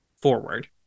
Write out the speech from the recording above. forward